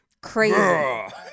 crazy